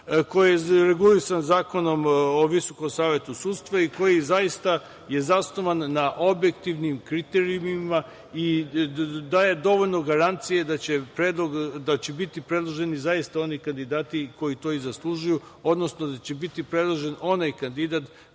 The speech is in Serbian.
koji je regulisan Zakonom o VSS i koji je zaista zasnovan na objektivnim kriterijumima i daje dovoljno garancije da će biti predloženi zaista oni kandidati koji to i zaslužuju, odnosno da će biti predložen onaj kandidat